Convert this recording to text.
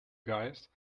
guys